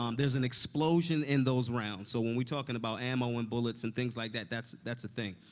um there's an explosion in those rounds. so when we're talking about ammo and bullets and things like that, that's that's the thing.